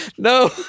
No